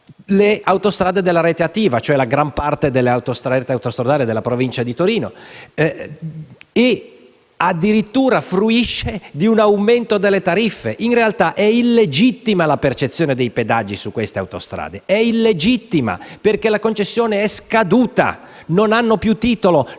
le autostrade della rete ATIVA, e cioè la gran parte della rete autostradale della Provincia di Torino, e addirittura fruisce di un aumento delle tariffe. In realtà, la percezione dei pedaggi su queste autostrade è illegittima, essendo la concessione scaduta e non avendo più titolo.